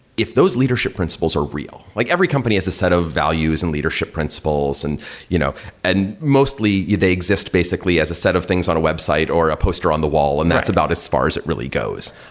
if those leadership principles are real, like every company has a set of values and leadership principles, and you know and mostly they exist basically as a set of things on a website or a poster on the wall, and that's about as far as it really goes.